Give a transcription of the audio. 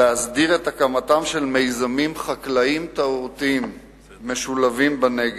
להסדיר את הקמתם של מיזמים חקלאיים תיירותיים משולבים בנגב,